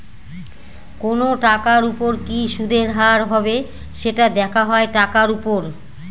কোনো টাকার উপর কি সুদের হার হবে, সেটা দেখা হয় টাকার উপর